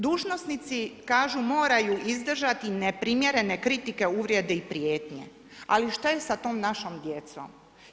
Dužnostnici, kažu moraju izdržati neprimjerene kritike, uvrede i prijetnje, ali šta je sa tom našom djecom.